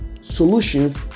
solutions